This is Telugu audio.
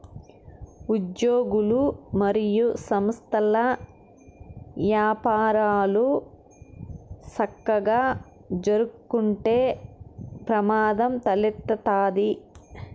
ఉజ్యోగులు, మరియు సంస్థల్ల యపారాలు సక్కగా జరక్కుంటే ప్రమాదం తలెత్తతాది